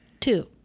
two